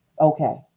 okay